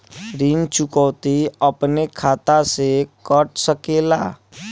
ऋण चुकौती अपने आप खाता से कट सकेला?